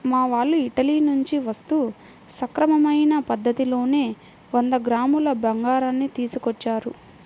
మా వాళ్ళు ఇటలీ నుంచి వస్తూ సక్రమమైన పద్ధతిలోనే వంద గ్రాముల బంగారాన్ని తీసుకొచ్చారు